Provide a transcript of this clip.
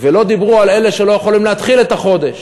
ולא דיברו על אלה שלא יכולים להתחיל את החודש.